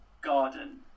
garden